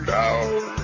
down